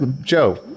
Joe